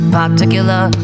particular